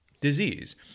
disease